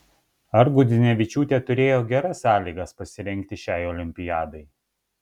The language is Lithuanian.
ar gudzinevičiūtė turėjo geras sąlygas pasirengti šiai olimpiadai